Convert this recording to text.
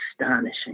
astonishing